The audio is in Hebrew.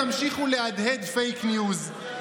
פייק ניוז,